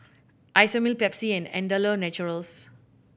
Isomil Pepsi and Andalou Naturals